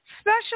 special